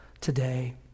today